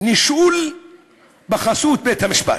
נישול בחסות בית-המשפט,